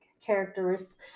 characteristics